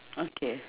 okay